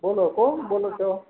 બોલો કોણ બોલો છો